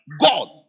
God